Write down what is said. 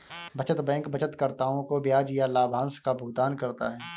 बचत बैंक बचतकर्ताओं को ब्याज या लाभांश का भुगतान करता है